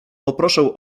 poproszę